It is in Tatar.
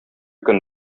көн